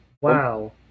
wow